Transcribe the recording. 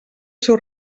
seu